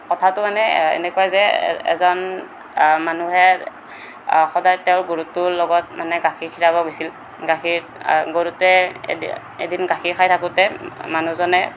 কথাটো মানে এনেকুৱা যে এজন মানুহে সদায় তেওঁ গৰুটোৰ লগত মানে গাখীৰ ক্ষীৰাব গৈছিল গাখীৰ গৰুটোৱে এদিন এদিন গাখীৰ খাই থাকোতে মানুহজনে